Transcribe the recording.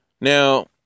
Now